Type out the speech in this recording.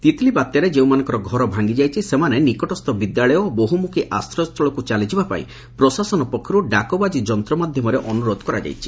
ତିତିଲି ବାତ୍ୟାରେ ଯେଉଁମାନଙ୍କର ଘର ଭାଙିଯାଇଛି ସେମାନେ ନିକଟସ୍ଥ ବିଦ୍ୟାଳୟ ଓ ବହୁମୁଖୀ ଆଶ୍ରୟସ୍ଚଳକୁ ଚାଲିଯିବାପାଇଁ ପ୍ରଶାସନ ପକ୍ଷରୁ ଡାକବାଜି ଯନ୍ତ ମାଧ୍ଧମରେ ଅନୁରୋଧ କରାଯାଇଛି